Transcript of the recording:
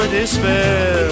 despair